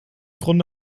grunde